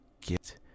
Get